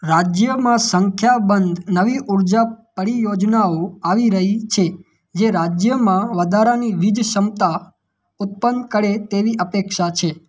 રાજ્યમાં સંખ્યાબંધ નવી ઉર્જા પરિયોજનાઓ આવી રહી છે જે રાજ્યમાં વધારાની વીજ ક્ષમતા ઉત્પન્ન કરે તેવી અપેક્ષા છે